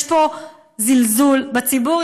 יש פה זלזול בציבור.